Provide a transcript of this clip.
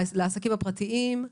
לעסקים הפרטיים.